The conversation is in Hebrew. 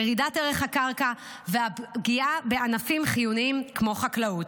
ירידת ערך הקרקע והפגיעה בענפים חיוניים כמו חקלאות.